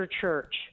Church